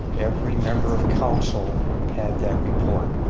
every member of council had that report.